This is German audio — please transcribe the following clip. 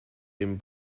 den